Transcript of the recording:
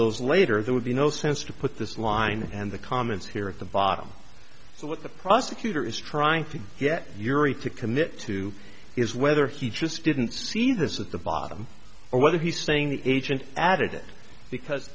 those later there would be no sense to put this line and the comments here at the bottom so what the prosecutor is trying to get yuri to commit to is whether he just didn't see this at the bottom or whether he's saying the agent added it because